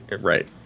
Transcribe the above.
right